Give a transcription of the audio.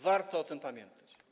Warto o tym pamiętać.